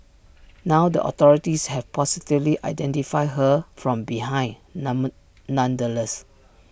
now the authorities have positively identified her from behind nonetheless